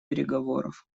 переговоров